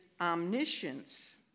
omniscience